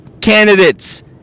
candidates